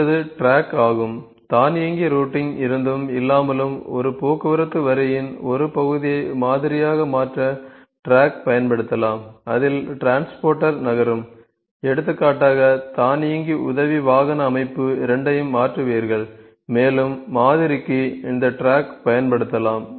அடுத்தது ட்ராக் ஆகும் தானியங்கி ரூட்டிங் இருந்தும் இல்லாமலும் ஒரு போக்குவரத்து வரியின் ஒரு பகுதியை மாதிரியாக மாற்ற டிராக் பயன்படுத்தப்படலாம் அதில் டிரான்ஸ்போர்ட்டர் நகரும் எடுத்துக்காட்டாக தானியங்கு உதவி வாகன அமைப்பு இரண்டையும் மாற்றுவீர்கள் மேலும் மாதிரிக்கு இந்த டிராக் பயன்படுத்தலாம்